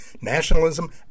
nationalism